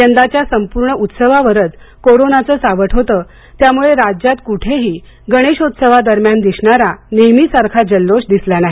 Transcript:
यंदाच्या संपूर्ण उत्सवावरच कोरोनाचं सावट होतं त्यामुळं राज्यात कुठेही गणेशोत्सवादरम्यान दिसणारा नेहमीसारखा जल्लोष दिसला नाही